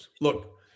Look